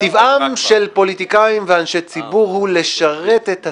טבעם של פוליטיקאים ואנשי ציבור הוא לשרת את הציבור.